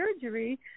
surgery